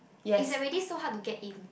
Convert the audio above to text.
is already so hard to get in